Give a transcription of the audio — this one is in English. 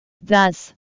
thus